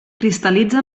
cristal·litza